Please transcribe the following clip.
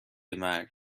مرگ